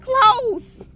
close